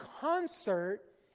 concert